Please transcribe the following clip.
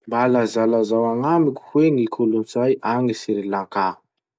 Mba lazalazao agnamiko hoe ny kolotsay agny Sri Lanka?